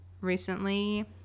recently